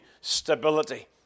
stability